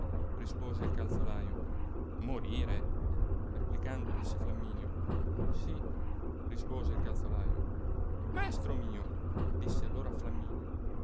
rispose il calzolaio morire replicando disse fiamminio sì rispose il calzolaio maestro mio disse allora flaminio